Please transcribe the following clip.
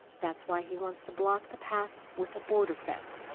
that's why he wants to block the path with the border fence